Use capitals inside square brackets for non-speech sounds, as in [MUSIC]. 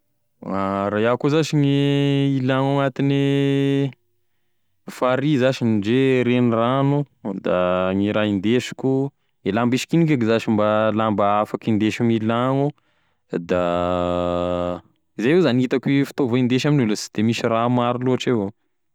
[HESITATION] Raha iaho zash gn'ilagno agnatine farihy zash ndre regnirano gne raha indesiko e lamba hisikinako eky zash mba lamba afaky hindesy milagno, da [HESITATION] izay avao zany gn'itako hoe fitaova hindesy amign'io fa sy de misy raha maro loatry avao.